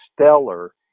stellar